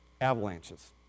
avalanches